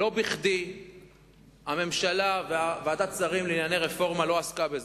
לא בכדי הממשלה וועדת השרים לענייני רפורמה לא עסקו בה.